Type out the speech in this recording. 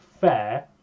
fair